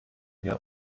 wir